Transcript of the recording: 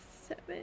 seven